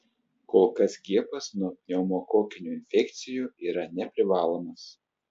kol kas skiepas nuo pneumokokinių infekcijų yra neprivalomas